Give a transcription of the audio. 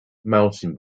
mountain